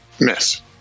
Miss